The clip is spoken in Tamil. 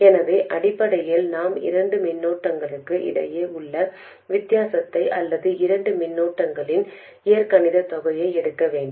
எனவே அடிப்படையில் நான் இரண்டு மின்னோட்டங்களுக்கு இடையே உள்ள வித்தியாசத்தை அல்லது இரண்டு மின்னோட்டங்களின் இயற்கணிதத் தொகையை எடுக்க வேண்டும்